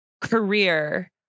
career